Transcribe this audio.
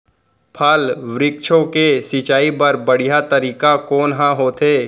फल, वृक्षों के सिंचाई बर बढ़िया तरीका कोन ह होथे?